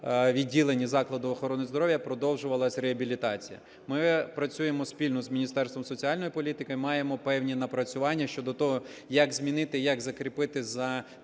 відділенні закладу охорони здоров'я продовжувалася реабілітація. Ми працюємо спільно з Міністерством соціальної політики, маємо певні напрацювання щодо того, як змінити і як закріпити за